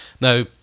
Now